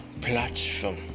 platform